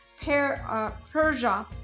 Persia